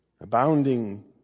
abounding